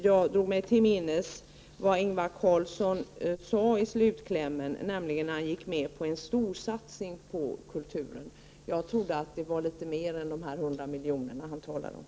Jag drog mig till minnes vad Ingvar Carlsson sade i sin slutkläm. Han gick nämligen med på en storsatsning på kulturen. Jag trodde att han talade om något mer än dessa 100 milj.kr.